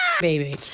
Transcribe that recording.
baby